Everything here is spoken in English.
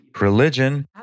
Religion